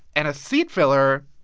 and a seat filler,